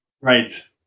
Right